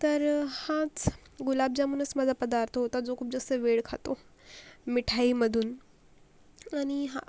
तर हाच गुलाबजामुनच माझा पदार्थ होता जो खूप जास्त वेळ खातो मिठाईमधून आणि हा